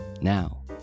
Now